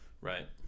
Right